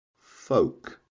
folk